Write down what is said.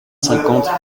cinquante